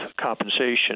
compensation